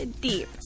Deep